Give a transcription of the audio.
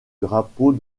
drapeau